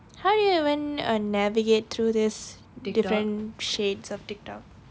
how do you even uh navigate through this different shades of Tik Tok